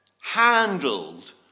handled